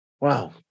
wow